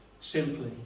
simply